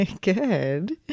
Good